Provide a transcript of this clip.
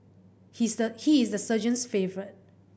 he's the he is the sergeant's favourite